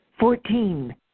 Fourteen